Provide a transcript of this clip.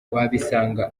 wabisanga